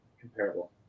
comparable